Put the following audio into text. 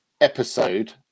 episode